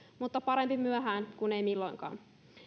mutta parempi myöhään kuin ei milloinkaan